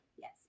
Yes